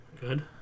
good